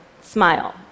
smile